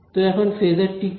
তো এখন ফেজার কী